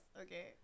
Okay